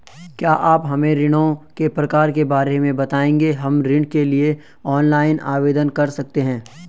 क्या आप हमें ऋणों के प्रकार के बारे में बताएँगे हम ऋण के लिए ऑनलाइन आवेदन कर सकते हैं?